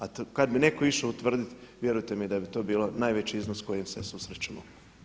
A kada bi netko išao utvrditi vjerujete mi da bi to bio najveći iznos s kojim se susrećemo.